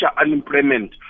unemployment